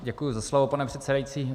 Děkuji za slovo, pane předsedající.